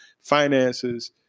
Finances